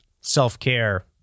self-care